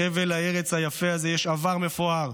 לחבל הארץ היפה הזה יש עבר מפואר,